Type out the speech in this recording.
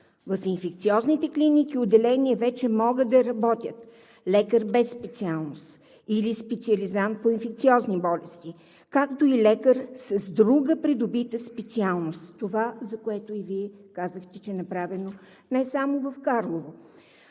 В инфекциозните клиники и отделения вече могат да работят лекар без специалност или специализант по инфекциозни болести, както и лекар с друга придобита специалност – това, което и Вие казахте, че е направено не само в Карлово.